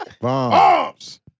Bombs